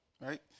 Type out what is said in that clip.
Right